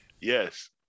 Yes